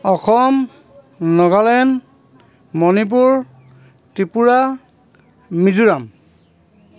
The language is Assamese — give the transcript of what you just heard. অসম নগালেণ্ড মণিপুৰ ত্ৰিপুৰা মিজোৰাম